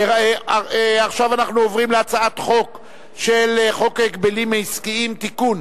אנחנו עוברים להצעת חוק ההגבלים העסקיים (תיקון,